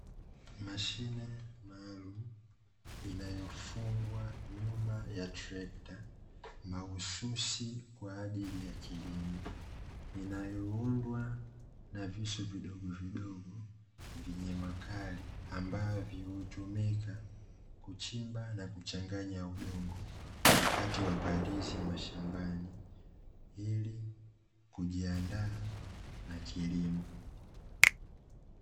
Mashine maalum, inayofungwa nyuma ya trekta mahususi kwa ajili ya kilimo, inayoundwa na visu vidogo vidogo vyenye makali ambavyo hutumika kuchimba na kuchanganya udongo wakati wa palizi mashambani, ili kujiandaa na kilimo.